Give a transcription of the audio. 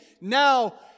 now